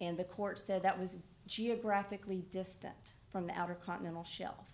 and the court said that was geographically distant from the outer continental shel